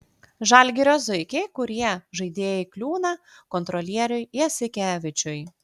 žalgirio zuikiai kurie žaidėjai kliūna kontrolieriui jasikevičiui